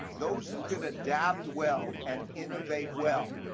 those who can adapt well and innovate well,